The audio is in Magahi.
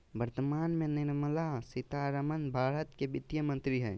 वर्तमान में निर्मला सीतारमण भारत के वित्त मंत्री हइ